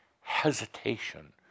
hesitation